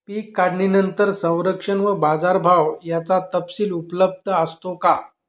पीक काढणीनंतर संरक्षण व बाजारभाव याचा तपशील उपलब्ध असतो का?